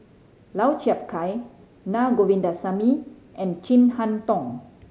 Lau Chiap Khai Na Govindasamy and Chin Harn Tong